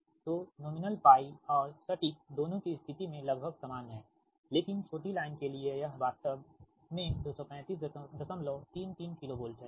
तो नाममात्र π और सटीक दोनों कि स्थिति में लगभग समान हैंलेकिन छोटी लाइन के लिए यह वास्तव 23533 KV है ठीक